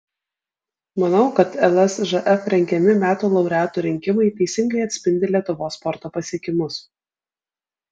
manau kad lsžf rengiami metų laureatų rinkimai teisingai atspindi lietuvos sporto pasiekimus